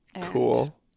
Cool